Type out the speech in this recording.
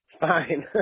Fine